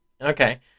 okay